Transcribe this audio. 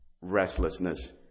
restlessness